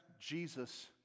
Jesus